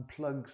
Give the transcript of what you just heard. unplugs